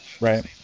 right